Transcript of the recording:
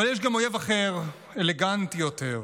אבל יש גם אויב אחר, אלגנטי יותר,